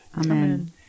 amen